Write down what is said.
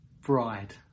bride